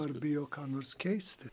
ir bijo ką nors keisti